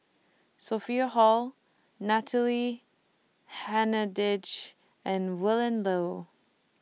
Sophia Hull Natalie Hennedige and Willin Low